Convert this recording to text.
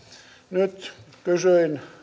nyt kysyin